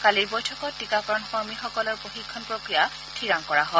কালিৰ বৈঠকত টীকাকৰণ কৰ্মীসকলৰ প্ৰশিক্ষণ প্ৰক্ৰিয়া ঠিৰাং কৰা হয়